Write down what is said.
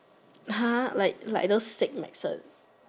!huh! like like those fake medicine